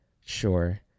sure